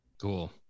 Cool